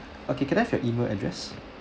okay can I have your email address